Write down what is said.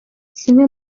zimwe